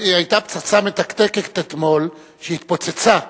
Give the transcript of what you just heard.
היתה פצצה מתקתקת אתמול, שהתפוצצה,